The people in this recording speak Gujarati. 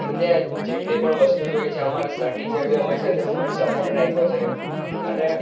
અને ત્યાં જેટલી પણ વસ્તુ જોઈ છે અમારે સર ટીચર બિ અમારી સાથે ફૂલ સપોર્ટ રાખ્યો છે અને